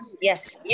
Yes